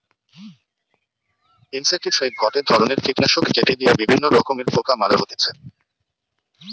insecticide গটে ধরণের কীটনাশক যেটি দিয়া বিভিন্ন রকমের পোকা মারা হতিছে